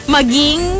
Maging